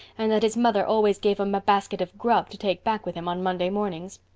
and that his mother always gave him a basket of grub to take back with him on monday mornings.